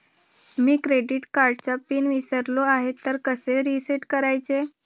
मी credit कार्डचा pin विसरलो आहे तर कसे रीसेट करायचे?